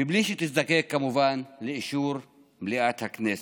בלי שתזדקק, כמובן, לאישור מליאת הכנסת.